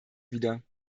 wieder